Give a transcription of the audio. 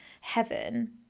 heaven